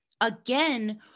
again